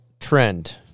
Trend